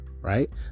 Right